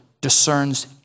discerns